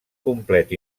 complet